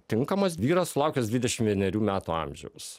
tinkamas vyras sulaukęs dvidešim vienerių metų amžiaus